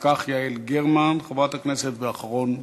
אחר כך חברת הכנסת יעל גרמן,